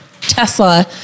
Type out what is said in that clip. Tesla